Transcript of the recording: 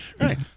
Right